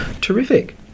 Terrific